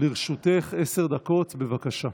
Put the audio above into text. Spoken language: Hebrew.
לרשותך עשר דקות, בבקשה.